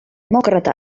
demokrata